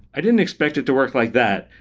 i didn't expect it to work like that.